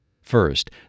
First